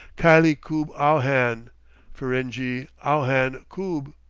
khylie koob awhan ferenghi awhan koob.